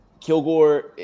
Kilgore